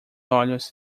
olhos